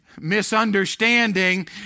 misunderstanding